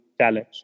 challenge